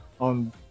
on